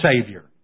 Savior